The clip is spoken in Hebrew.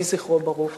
יהי זכרו ברוך.